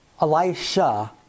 Elisha